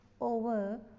over